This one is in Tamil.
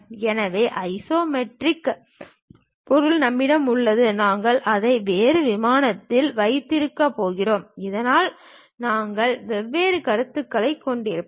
எனவே அதே ஐசோமெட்ரிக் பொருள் நம்மிடம் உள்ளது நாங்கள் அதை வேறு விமானத்தில் வைத்திருக்கப் போகிறோம் இதனால் நாங்கள் வெவ்வேறு கருத்துக்களைக் கொண்டிருப்போம்